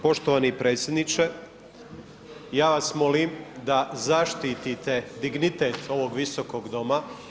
Poštovani predsjedniče, ja vas molim da zaštite dignitet ovog Visokog doma.